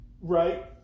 right